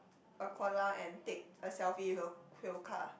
a koala and take a selfie with a quokka